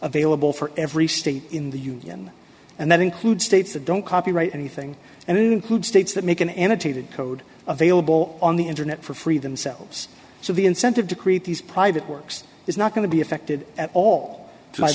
available for every state in the union and that includes states that don't copyright anything and include states that make an annotated code available on the internet for free themselves so the incentive to create these private works is not going to be affected at all